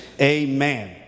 Amen